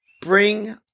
Bring